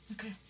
Okay